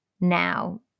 now